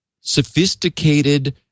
sophisticated